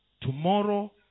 Tomorrow